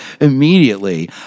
immediately